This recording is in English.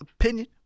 opinion